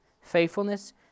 faithfulness